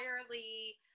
entirely